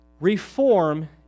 Reform